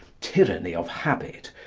tyranny of habit,